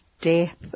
Death